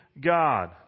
God